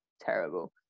terrible